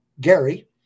Gary